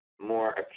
more